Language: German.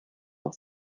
noch